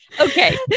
Okay